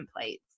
templates